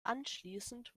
anschließend